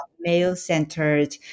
male-centered